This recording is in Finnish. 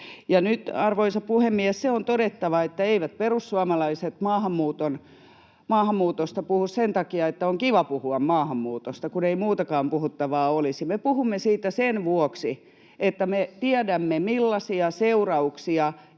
arvoisa puhemies, se on todettava, että eivät perussuomalaiset maahanmuutosta puhu sen takia, että on kiva puhua maahanmuutosta, kun ei muutakaan puhuttavaa olisi. Me puhumme siitä sen vuoksi, että me tiedämme, millaisia seurauksia